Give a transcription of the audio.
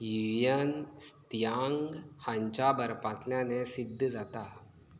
Hiuen Tsang हांच्या बरपांतल्यान हें सिध्द जातां